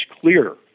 clearer